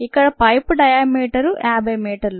ఇక్కడ పైపు డయామీటర్వ్యాసం 50 మీటర్లు